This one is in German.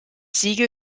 siegel